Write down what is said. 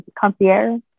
concierge